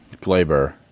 Glaber